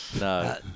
No